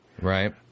Right